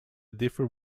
differ